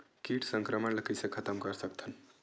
कीट संक्रमण ला कइसे खतम कर सकथन?